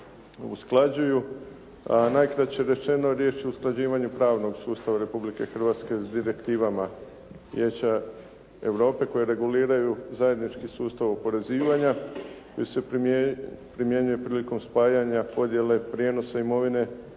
usklađuju. Najkraće rečeno, riječ je o usklađivanju pravnog sustava Republike Hrvatske s direktivama Vijeća Europe koje reguliraju zajednički sustav oporezivanja koji se primjenjuje prilikom spajanja podjele prijenosa imovine